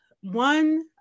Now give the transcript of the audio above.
one